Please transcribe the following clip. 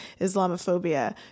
Islamophobia